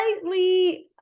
slightly